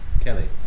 Kelly